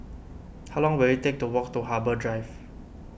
how long will it take to walk to Harbour Drive